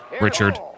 Richard